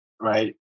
right